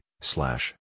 slash